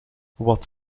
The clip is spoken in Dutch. wat